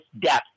depth